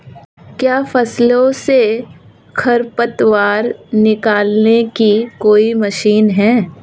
क्या फसलों से खरपतवार निकालने की कोई मशीन है?